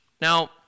Now